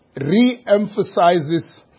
re-emphasizes